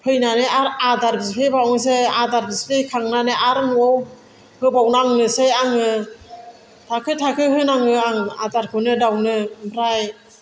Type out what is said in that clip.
फैनानै आरो आदार बिफैबावनोसै आदार बिफैखांनानै आरो न'आव होबाव नांनोसै आङो थाखो थाखो होनाङो आं आदारखौनो दाउनो ओमफ्राय